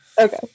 Okay